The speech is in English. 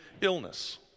illness